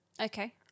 Okay